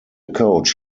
coach